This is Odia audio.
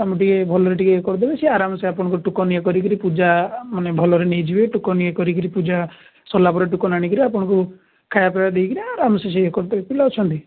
ତାଙ୍କୁ ଟିକିଏ ଭଲରେ ଟିକିଏ କରିଦେବେ ସେ ଆରାମସେ ଆପଣଙ୍କ ଟୋକନ୍ ଇଏ କରିକିରି ପୂଜାମାନେ ଭଲରେ ନେଇଯିବେ ଟୋକନ୍ ଇଏ କରିକିରି ପୂଜା ସରିଲାପରେ ଟୋକନ୍ ଆଣିକରି ଆପଣଙ୍କୁ ଖାଇବା ପିଇବା ଦେଇକରି ଆରାମସେ ସିଏ କରିଦେବେ ପିଲା ଅଛନ୍ତି